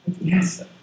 yes